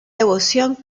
devoción